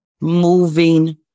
moving